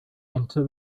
enter